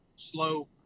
Slow